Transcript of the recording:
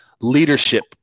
leadership